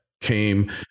came